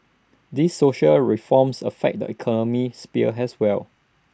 these social reforms affect the economic sphere as well